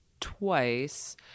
twice